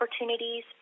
opportunities